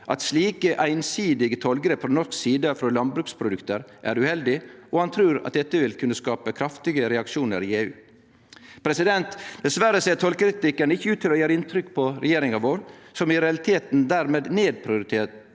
at slike einsidige tollgrep frå norsk side for landbruksprodukt er uheldige, og han trur at dette vil kunne skape kraftige reaksjonar i EU. Dessverre ser tollkritikken ikkje ut til å gjere inntrykk på regjeringa, som i realiteten dermed nedprioriterer